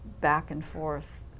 back-and-forth